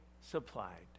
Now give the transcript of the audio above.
supplied